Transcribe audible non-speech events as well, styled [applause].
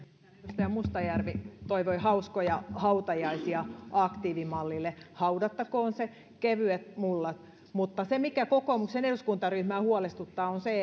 edustaja mustajärvi toivoi hauskoja hautajaisia aktiivimallille haudattakoon se kevyet mullat mutta se mikä kokoomuksen eduskuntaryhmää huolestuttaa on se [unintelligible]